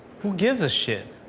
who gives a shit?